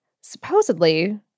Supposedly